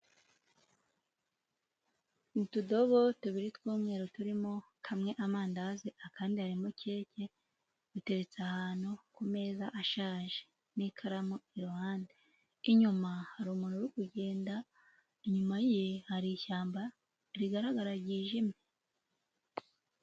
Mu tudobo tubiri tw'umweru turimo kamwe amandazi, akandi harimo keke, duteretse ahantu ku meza ashaje. N'ikaramu ku ruhande. Inyuma hari umuntu uri kugenda, inyuma ye hari ishyamba rigaragara ryijimye.